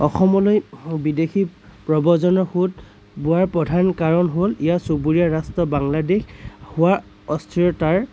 অসমলৈ বিদেশী প্ৰৱজনৰ সোঁত বোৱাৰ প্ৰধান কাৰণ হ'ল ইয়াৰ চুবুৰীয়া ৰাষ্ট্ৰ বাংলাদেশ হোৱা অস্থিৰতাৰ